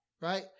Right